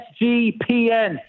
SGPN